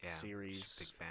series